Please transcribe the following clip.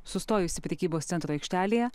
sustojusi prekybos centro aikštelėje